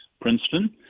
Princeton